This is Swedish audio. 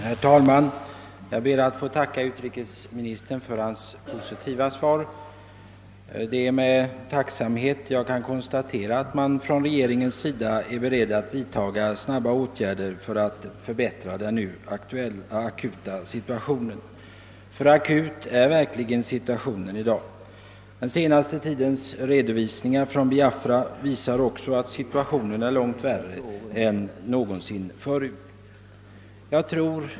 Herr talman! Jag ber att få tacka utrikesministern för hans positiva svar. Det är med tacksamhet jag konstaterar att regeringen är beredd att vidta snabba åtgärder för att förbättra den nu akuta situationen. Ty akut är situationen verkligen i dag. Den senaste tidens redovisningar från läget i Biafra visar att förhållandena är värre än någonsin.